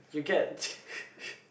you get